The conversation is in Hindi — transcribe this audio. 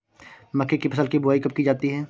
मक्के की फसल की बुआई कब की जाती है?